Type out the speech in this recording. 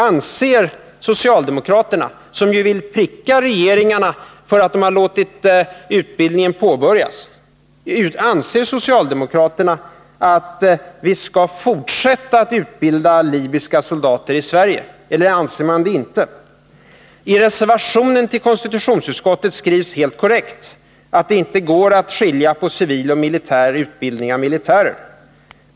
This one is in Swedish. Anser socialdemokraterna, som ju vill pricka regeringarna för att de har låtit utbildningen påbörjas, att vi skall fortsätta att utbilda libyska soldater i Sverige eller inte? I reservationen till konstitutionsutskottet skrivs helt korrekt att det inte går att skilja på civil och militär utbildning av militärer.